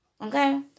Okay